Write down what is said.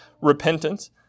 repentance